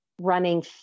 running